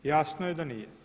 Jasno je da nije.